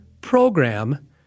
program